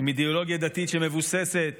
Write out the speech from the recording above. עם אידיאולוגיה דתית שמבוססת